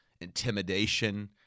intimidation